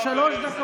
למשל,